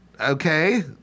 Okay